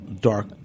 dark